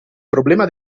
problema